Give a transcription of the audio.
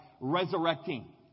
resurrecting